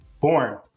born